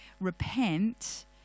repent